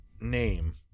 Name